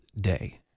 day